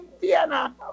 Vienna